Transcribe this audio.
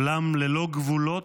עולם ללא גבולות,